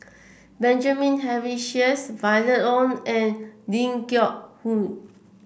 Benjamin Henry Sheares Violet Oon and Ling Geok Choon